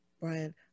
Brian